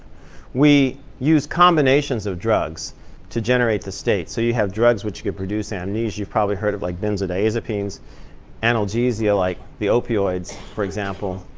we use combinations of drugs to generate the state. so you have drugs which can produce amnesia. you've probably heard of like benzodiazepines analgesia, like the opioids for example.